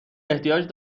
احتیاج